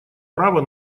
право